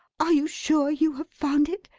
are you sure you have found it?